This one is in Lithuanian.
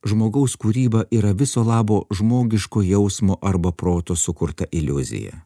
žmogaus kūryba yra viso labo žmogiško jausmo arba proto sukurta iliuzija